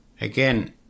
again